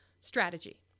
strategy